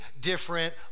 different